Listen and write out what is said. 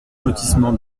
lotissement